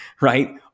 right